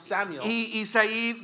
Samuel